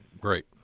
Great